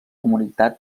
comunitat